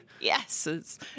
yes